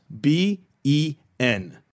b-e-n